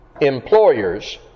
employers